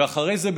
ואחרי זה,